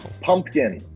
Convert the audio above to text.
pumpkin